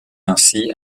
ainsi